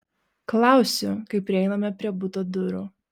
klausiu kai prieiname prie buto durų